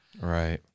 Right